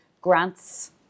grants